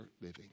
living